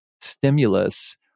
stimulus